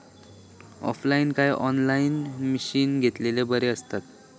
Online काय offline मशीनी घेतलेले बरे आसतात?